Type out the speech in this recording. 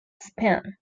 span